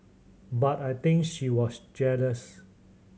but I think she was jealous